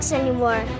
anymore